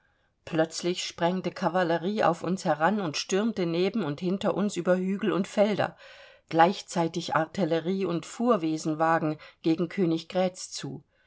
plötzlich sprengte kavallerie auf uns heran und stürmte neben und hinter uns über hügel und felder gleichzeitig artillerie und fuhrwesenwagen gegen königgrätz zu